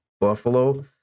Buffalo